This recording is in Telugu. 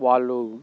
వాళ్ళు